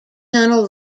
tunnel